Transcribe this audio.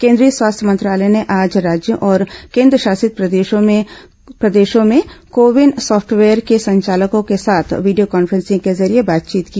केंद्रीय स्वास्थ्य मंत्रालय ने आज राज्यों और केंद्रशासित प्रदेशों में को विन सॉफ्टवेयर के संचालकों के साथ वीडियो कांफ्रेंसिंग के जरिए बातचीत की